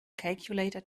calculator